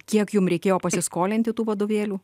kiek jum reikėjo pasiskolinti tų vadovėlių